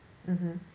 mmhmm